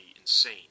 insane